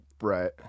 right